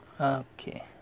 Okay